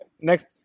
Next